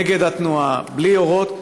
נגד התנועה, בלי אורות.